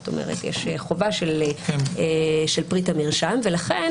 זאת אומרת, יש חובה של פריט המרשם ולכן